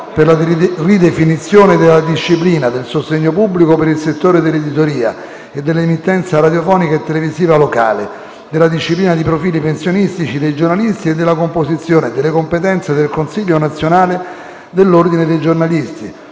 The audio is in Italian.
per la ridefinizione della disciplina del sostegno pubblico per il settore dell'editoria e dell'emittenza radiofonica e televisiva locale, della disciplina di profili pensionistici dei giornalisti e della composizione e delle competenze del Consiglio nazionale dell'Ordine dei giornalisti.